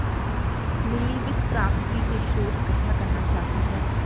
lily वित्त प्राप्ति के स्रोत इकट्ठा करना चाहती है